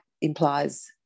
implies